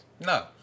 No